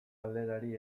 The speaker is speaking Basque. galderari